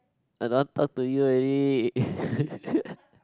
I don't want talk to you already